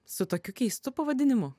su tokiu keistu pavadinimu